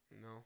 No